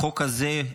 החוק הזה,